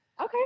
okay